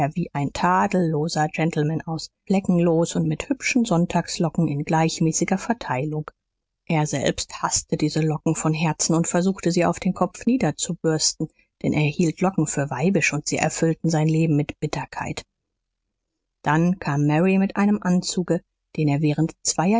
wie ein tadelloser gentleman aus fleckenlos und mit hübschen sonntagslocken in gleichmäßiger verteilung er selbst haßte diese locken von herzen und versuchte sie auf den kopf niederzubürsten denn er hielt locken für weibisch und sie erfüllten sein leben mit bitterkeit dann kam mary mit einem anzuge den er während zweier